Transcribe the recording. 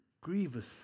grievous